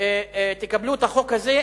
תקבלו את החוק הזה,